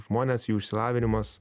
žmonės jų išsilavinimas